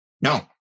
No